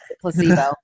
placebo